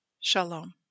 Shalom